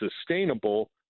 sustainable